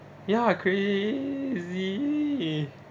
ya crazy